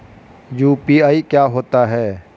UPI क्या होता है?